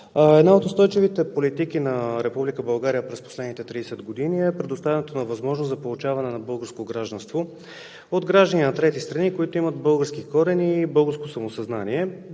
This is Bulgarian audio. една от устойчивите политики на Република България през последните 30 години е предоставянето на възможност за получаване на българско гражданство от граждани на трети страни, които имат български корени и българско самосъзнание.